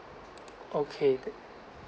okay t~